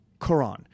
Quran